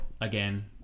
again